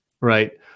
right